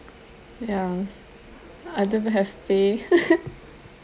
yes I don't have pay